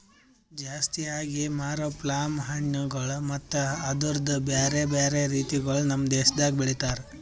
ಜಾಸ್ತಿ ಆಗಿ ಮಾರೋ ಪ್ಲಮ್ ಹಣ್ಣುಗೊಳ್ ಮತ್ತ ಅದುರ್ದು ಬ್ಯಾರೆ ಬ್ಯಾರೆ ರೀತಿಗೊಳ್ ನಮ್ ದೇಶದಾಗ್ ಬೆಳಿತಾರ್